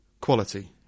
quality